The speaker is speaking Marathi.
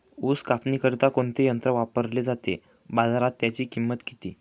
ऊस कापणीकरिता कोणते यंत्र वापरले जाते? बाजारात त्याची किंमत किती?